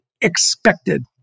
expected